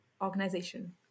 organization